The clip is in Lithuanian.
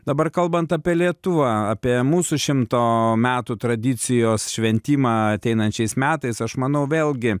dabar kalbant apie lietuva apie mūsų šimto metų tradicijos šventimą ateinančiais metais aš manau vėlgi